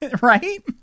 Right